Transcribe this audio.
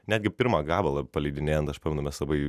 netgi pirmą gabalą paleidinėjant aš pamenu mes labai